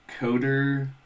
coder